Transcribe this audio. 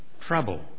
trouble